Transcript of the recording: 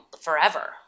forever